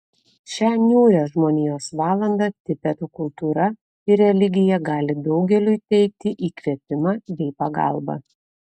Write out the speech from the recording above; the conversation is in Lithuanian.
šią niūrią žmonijos valandą tibeto kultūra ir religija gali daugeliui teikti įkvėpimą bei pagalbą